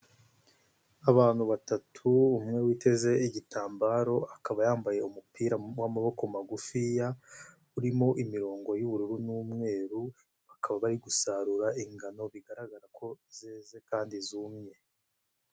Abantu batatu, umwe witeze igitambaro, akaba yambaye umupira w'amaboko magufiya urimo imirongo y'ubururu n'umweru bakaba bari gusarura ingano bigaragara ko zeze kandi zumye.